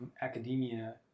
academia